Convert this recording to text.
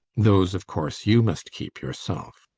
those, of course, you must keep yourself.